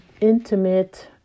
intimate